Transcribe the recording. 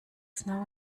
snow